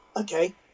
okay